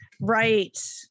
right